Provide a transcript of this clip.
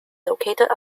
located